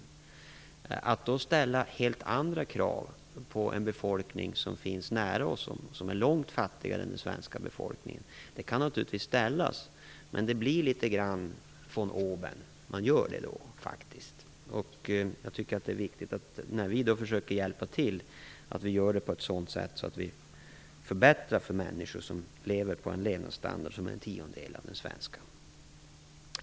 Man kan naturligtvis ställa helt andra krav på en befolkning som finns nära oss, och som är långt fattigare än den svenska befolkningen, men det blir faktiskt litet grand von oben. Jag tycker att det är viktigt att vi försöker hjälpa till på ett sådant sätt så att vi förbättrar för de människor som har en levnadsstandard som motsvarar en tiondel av den svenska.